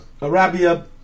Arabia